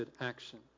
action